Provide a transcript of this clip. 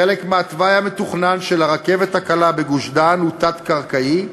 חלק מהתוואי המתוכנן של הרכבת הקלה בגוש-דן הוא תת-קרקעי.